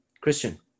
Christian